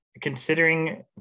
considering